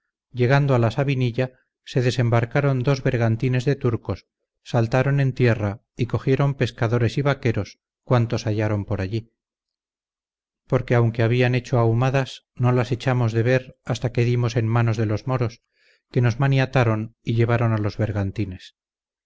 llegando a la sabinilla se desembarcaron dos bergantines de turcos saltaron en tierra y cogieron pescadores y vaqueros cuantos hallaron por allí porque aunque habían hecho ahumadas no las echamos de ver hasta que dimos en manos de los moros que nos maniataron y llevaron a los bergantines